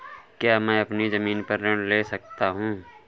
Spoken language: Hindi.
क्या मैं अपनी ज़मीन पर ऋण ले सकता हूँ?